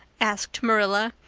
asked marilla,